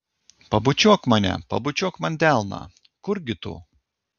pabučiuok mane pabučiuok man delną kurgi tu